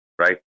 right